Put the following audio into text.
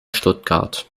stuttgart